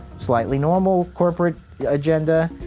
slightly normal corporate agenda,